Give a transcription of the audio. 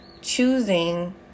choosing